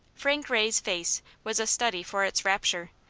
frank ray's face was a study for its rapture.